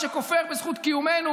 שכופר בזכות קיומנו,